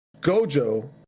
Gojo